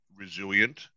resilient